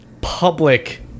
public